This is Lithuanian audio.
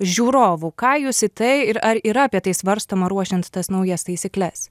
žiūrovų ką jūs į tai ir ar yra apie tai svarstoma ruošiant tas naujas taisykles